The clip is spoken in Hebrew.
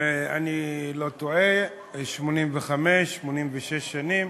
אם אני לא טועה, 85, 86 שנים.